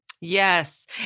Yes